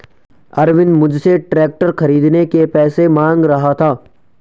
अरविंद मुझसे ट्रैक्टर खरीदने के पैसे मांग रहा था